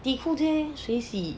底裤这些谁洗